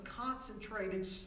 concentrated